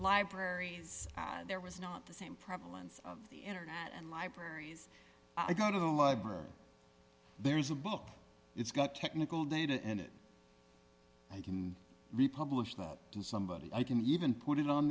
libraries there was not the same prevalence of the internet libraries i got of the library there is a book it's got technical data and it can be published up to somebody i can even put it on